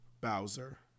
Bowser